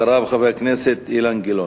אחריו, חבר הכנסת אילן גילאון.